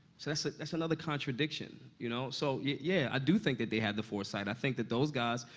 see, that's a that's another contradiction, you know? so, y-yeah, yeah i do think that they had the foresight. i think that those guys,